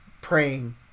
Praying